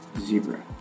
Zebra